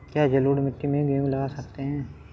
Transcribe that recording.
क्या जलोढ़ मिट्टी में गेहूँ लगा सकते हैं?